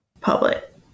Public